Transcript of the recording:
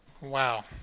Wow